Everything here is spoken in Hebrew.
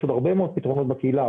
יש עוד הרבה מאוד פתרונות בקהילה,